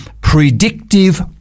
predictive